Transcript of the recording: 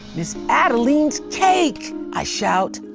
miz adeline's cake! i shout.